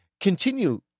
continue